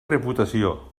reputació